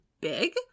big